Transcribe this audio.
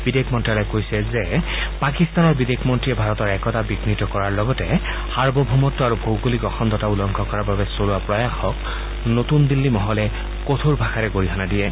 বিদেশ মন্ত্যালয়ে কৈছে যে পাকিস্তানৰ বিদেশ মন্ত্ৰীয়ে ভাৰতৰ একতা বিয়িত কৰাৰ লগতে সাৰ্বভৌমত্ব আৰু ভৌগোলিক অখণ্ডতা উলংঘা কৰাৰ বাবে চলোৱা প্ৰয়াসক নতুন দিল্লী মহলে কঠোৰ ভাষাৰে গৰিহণা দিয়ে